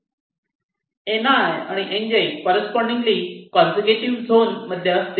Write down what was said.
Ni आणि Nj correspondingly consecutive zone मध्ये असतील